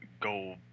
go